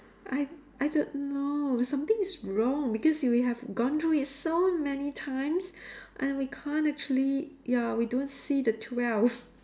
I I don't know something is wrong because we have gone through it so many times and we can't actually ya we don't see the twelve